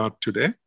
today